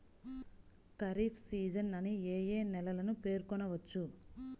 Kharif season అని ఏ ఏ నెలలను పేర్కొనవచ్చు?